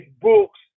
books